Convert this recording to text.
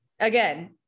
Again